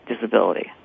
disability